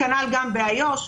כנ"ל באיו"ש,